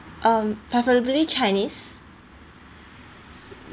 um preferably chinese